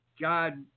God